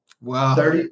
Wow